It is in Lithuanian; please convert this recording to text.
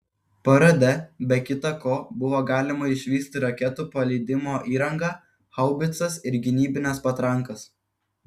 parade be kita ko buvo galima išvysti raketų paleidimo įrangą haubicas ir gynybines patrankas